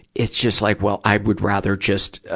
it's just like, well, i would rather just, ah,